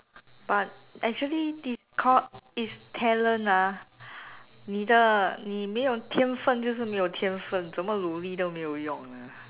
but actually this called is talent ah 你的你没有天分就是没有天分怎么努力也是没有用 ah